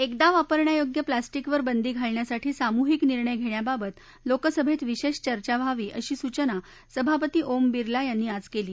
एकदाच वापरण्यायोग्य प्लॅस्टिकवर बंदी घालण्यासाठी सामुहिक निर्णय घेण्याबाबत लोकसभेत विशेष चर्चा व्हावी अशी सूचना सभापती ओम बिर्ला यांनी आज केली